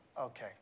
Okay